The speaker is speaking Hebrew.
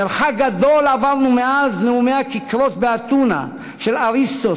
מרחק גדול עברנו מאז נאומי הכיכרות באתונה של אריסטו,